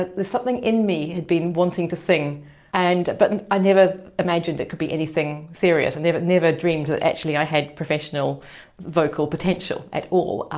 there's something in me had been wanting to sing and but and i never imagined it could be anything serious, and i never dreamed that actually i had professional vocal potential at all,